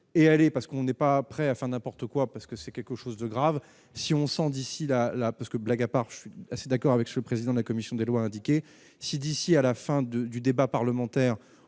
est allé parce qu'on est pas prêt afin d'importe quoi parce que c'est quelque chose de grave si on sent d'ici là, la parce que, blague à part, je suis assez d'accord avec ce président de la commission des lois a indiqué si d'ici à la fin de du débat parlementaire,